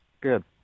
Good